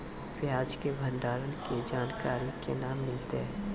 प्याज के भंडारण के जानकारी केना मिलतै?